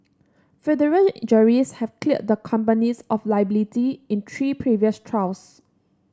federal juries have cleared the companies of liability in three previous trials